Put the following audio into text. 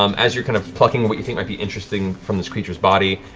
um as you're kind of plucking what you think might be interesting from this creature's body,